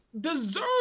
deserve